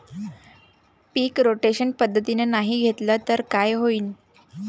पीक rotation पद्धतीनं नाही घेतलं तर काय होईन?